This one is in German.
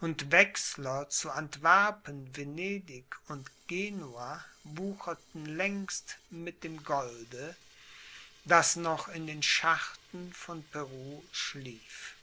und wechsler zu antwerpen venedig und genua wucherten längst mit dem golde das noch in den schachten von peru schlief